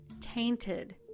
tainted